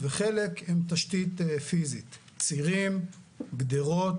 וחלק עם תשתית פיזית: צירים, גדרות,